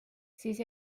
siis